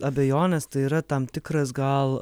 abejonės tai yra tam tikras gal